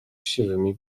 siwymi